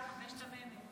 חמשת המ"מים.